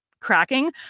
cracking